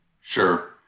Sure